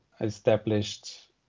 established